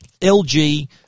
LG